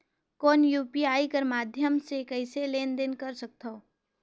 कौन यू.पी.आई कर माध्यम से कइसे लेन देन कर सकथव?